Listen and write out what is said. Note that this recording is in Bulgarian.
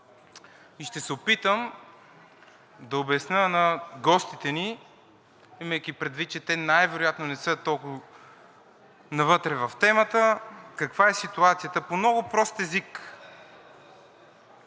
Ще се опитам да обясня на гостите ни, имайки предвид, че те най-вероятно не са толкова навътре в темата, каква е ситуацията на много прост език.